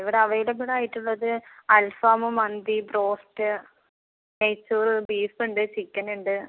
ഇവിടെ അവൈലബിൾ ആയിട്ടുള്ളത് അൽഫാമും മന്തിയും ബ്രോസ്റ്റ് നെയ്ച്ചോറ് ബീഫുണ്ട് ചിക്കനുണ്ട്